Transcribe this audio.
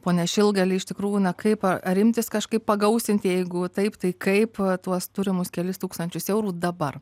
pone šilgali iš tikrųjų na kaip ar imtis kažkaip pagausinti jeigu taip tai kaip tuos turimus kelis tūkstančius eurų dabar